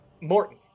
Morton